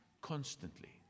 constantly